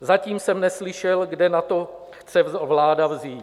Zatím jsem neslyšel, kde na to chce vláda vzít.